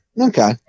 Okay